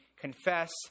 confess